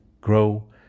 grow